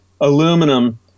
aluminum